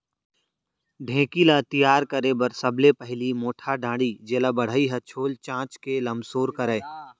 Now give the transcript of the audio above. ढेंकी ल तियार करे बर सबले पहिली मोटहा डांड़ी जेला बढ़ई ह छोल चांच के लमसोर करय